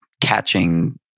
catching